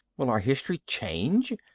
will our history change?